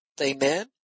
Amen